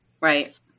right